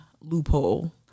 loophole